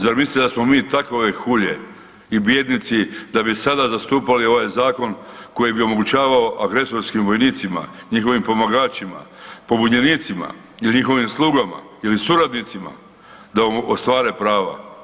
Zar mislite da smo mi takove hulje i bijednici da bi sada zastupali ovaj zakon koji bi omogućavao agresorskim vojnicima, njihovim pomagačima, pobunjenicima i njihovim slugama ili suradnicima da ostvare prava.